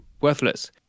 worthless